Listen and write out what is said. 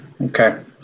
Okay